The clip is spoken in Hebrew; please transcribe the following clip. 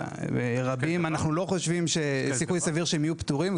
אנחנו לא חושבים שיש סיכוי סביר שהם יהיו פטורים.